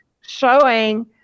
showing